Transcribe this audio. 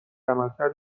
عملکرد